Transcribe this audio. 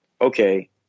okay